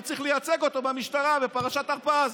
הוא צריך לייצג אותו במשטרה בפרשת הרפז.